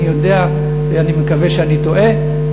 אני מקווה שאני טועה,